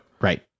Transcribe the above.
Right